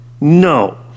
No